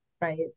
Right